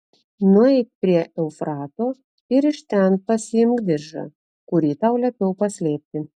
nueik prie eufrato ir iš ten pasiimk diržą kurį tau liepiau paslėpti